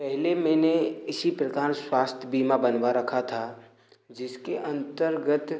पहले मैंने इसी प्रकार स्वास्थ्य बीमा बनवा रखा था जिसके अन्तर्गत